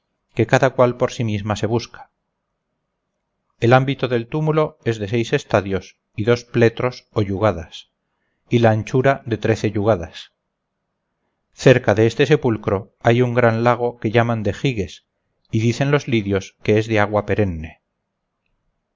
que cada cual por sí misma se busca el ámbito del túmulo es de seis estadios y dos pletros o yugadas y la anchura de trece yugadas cerca de este sepulcro hay un gran lago que llaman de giges y dicen los lidios que es de agua perenne